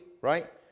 right